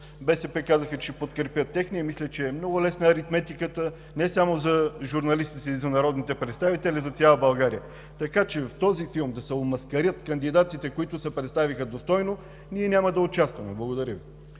БСП казаха, че ще подкрепят техния. Мисля, че е много лесна аритметиката, не само за журналистите и за народните представители, а и за цяла България. В този филм – да се омаскарят кандидатите, които се представиха достойно, ние няма да участваме. Благодаря Ви.